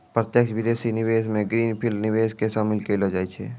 प्रत्यक्ष विदेशी निवेश मे ग्रीन फील्ड निवेश के शामिल केलौ जाय छै